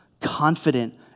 confident